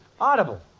audible